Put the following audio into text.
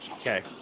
Okay